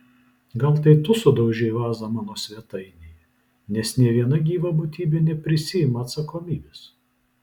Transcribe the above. gal tai tu sudaužei vazą mano svetainėje nes nė viena gyva būtybė neprisiima atsakomybės